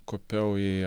kopiau į